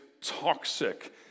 toxic